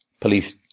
police